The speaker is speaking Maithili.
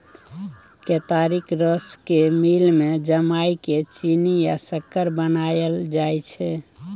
केतारीक रस केँ मिल मे जमाए केँ चीन्नी या सक्कर बनाएल जाइ छै